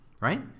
Right